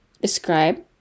describe